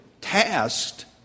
tasked